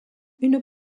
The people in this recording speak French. une